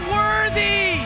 worthy